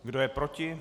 Kdo je proti?